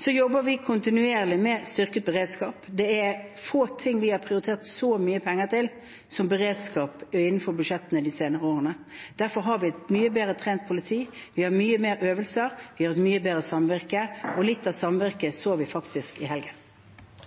Så jobber vi kontinuerlig med styrket beredskap. Det er få ting vi har prioritert så mye penger til som beredskap innenfor budsjettene de senere årene. Derfor har vi et mye bedre trent politi, vi har mye mer øvelse, vi har et mye bedre samvirke, og litt av samvirket så vi faktisk i helgen.